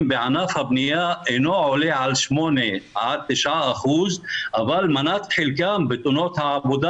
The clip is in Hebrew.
בענף הבנייה אינו עלה על 8% עד 9% מנת חלקם בתאונות העבודה